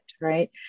right